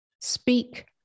speak